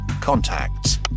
contacts